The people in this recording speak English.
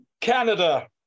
Canada